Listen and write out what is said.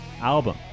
album